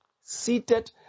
seated